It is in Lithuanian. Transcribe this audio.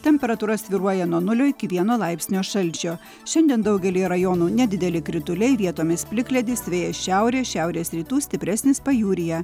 temperatūra svyruoja nuo nulio iki vieno laipsnio šalčio šiandien daugelyje rajonų nedideli krituliai vietomis plikledis vėjas šiaurės šiaurės rytų stipresnis pajūryje